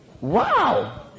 Wow